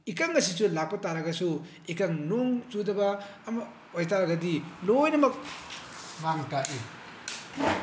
ꯏꯀꯪ ꯑꯁꯤꯁꯨ ꯂꯥꯛꯄ ꯇꯥꯔꯒꯁꯨ ꯏꯀꯪ ꯅꯣꯡ ꯆꯨꯗꯕ ꯑꯃ ꯑꯣꯏꯇꯥꯔꯒꯗꯤ ꯂꯣꯏꯅꯃꯛ ꯃꯥꯡ ꯇꯥꯛꯏ